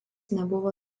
nebuvo